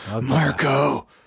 Marco